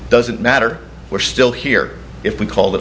you doesn't matter we're still here if we call th